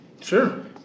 Sure